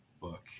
book